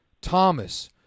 Thomas